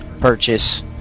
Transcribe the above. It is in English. purchase